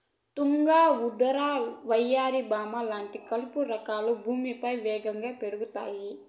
తుంగ, ఉదర, వయ్యారి భామ లాంటి కలుపు రకాలు భూమిపైన వేగంగా పెరుగుతాయి